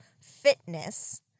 fitness